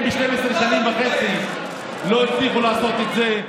אם ב-12 שנים וחצי לא הצליחו לעשות את זה,